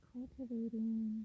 Cultivating